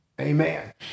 amen